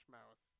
Mouth